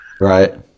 right